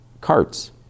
carts